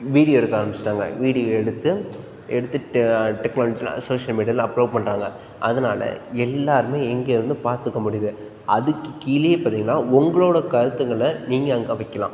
video எடுக்க ஆரம்பிச்சுட்டாங்க video எடுத்து எடுத்து டெ டெக்னாலஜியில் சோஷியல் மீடியாவில் அப்லோட் பண்ணுறாங்க அதனால எல்லோருமே இங்கேருந்து பார்த்துக்க முடியுது அதுக்குக் கீழேயே பார்த்தீங்கன்னா உங்களோடய கருத்துகள நீங்கள் அங்கே வைக்கலாம்